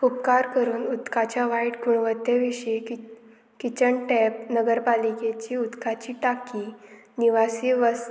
उपकार करून उदकाच्या वायट गुणवत्ते विशीं कि किचन टॅप नगरपालिकेची उदकाची टांकी निवासी वस्त